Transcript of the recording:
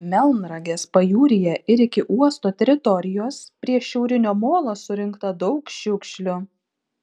melnragės pajūryje ir iki uosto teritorijos prie šiaurinio molo surinkta daug šiukšlių